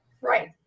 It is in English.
Right